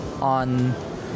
on